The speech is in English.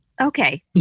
Okay